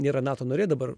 nėra nato narė dabar